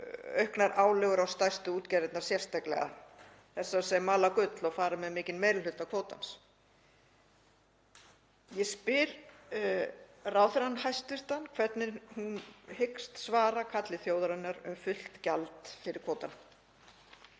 auknar álögur á stærstu útgerðirnar sérstaklega, þessar sem mala gull og fara með mikinn meiri hluta kvótans. Ég spyr hæstv. ráðherra hvernig hún hyggst svara kalli þjóðarinnar um fullt gjald fyrir kvótann.